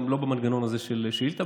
גם לא במנגנון הזה של שאילתה.